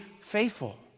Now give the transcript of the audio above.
faithful